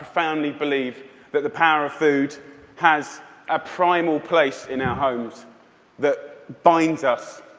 profoundly believe that the power of food has a primal place in our homes that binds us